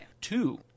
two